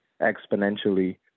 exponentially